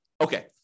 Okay